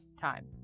time